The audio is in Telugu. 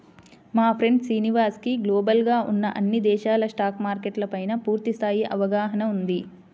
మా ఫ్రెండు శ్రీనివాస్ కి గ్లోబల్ గా ఉన్న అన్ని దేశాల స్టాక్ మార్కెట్ల పైనా పూర్తి స్థాయి అవగాహన ఉంది